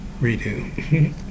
Redo